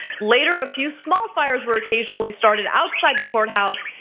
later, a few small fires were occasionally started outside the courthouse,